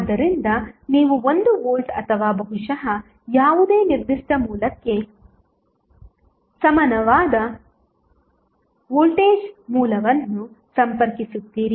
ಆದ್ದರಿಂದ ನೀವು 1 ವೋಲ್ಟ್ ಅಥವಾ ಬಹುಶಃ ಯಾವುದೇ ನಿರ್ದಿಷ್ಟ ಮೌಲ್ಯಕ್ಕೆ ಸಮಾನವಾದ ವೋಲ್ಟೇಜ್ ಮೂಲವನ್ನು ಸಂಪರ್ಕಿಸುತ್ತೀರಿ